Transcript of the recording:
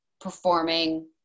performing